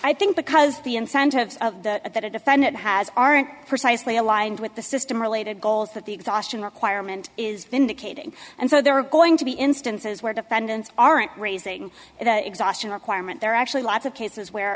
i think because the incentives of that that a defendant has aren't precisely aligned with the system related goals that the exhaustion requirement is indicate and so there are going to be instances where defendants aren't raising that exhaustion requirement there actually lots of cases where